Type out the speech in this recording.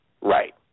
Right